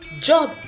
Job